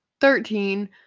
Thirteen